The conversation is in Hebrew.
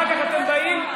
ואחר כך אתם באים,